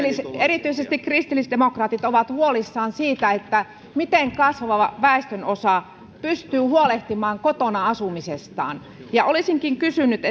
erityisesti kristillisdemokraatit ovat huolissaan siitä miten kasvava väestönosa pystyy huolehtimaan kotona asumisestaan olisinkin kysynyt